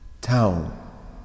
town